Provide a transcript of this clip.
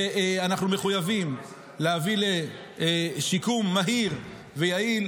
ואנחנו מחויבים להביא לשיקום מהיר ויעיל.